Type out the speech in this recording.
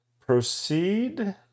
Proceed